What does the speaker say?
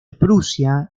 prusia